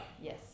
Yes